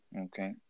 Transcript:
Okay